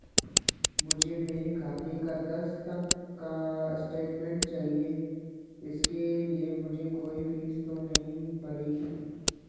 मुझे मेरे खाते का दस तक का स्टेटमेंट चाहिए इसके लिए मुझे कोई फीस तो नहीं पड़ेगी?